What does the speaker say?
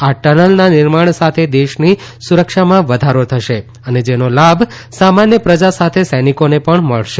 આ ટનલના નિર્માણ સાથે દેશની સુરક્ષામાં વધારો થશે અને જેનો લાભ સામાન્ય પ્રજા સાથે સૈનિકોને પણ મળશે